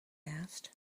asked